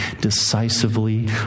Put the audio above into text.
decisively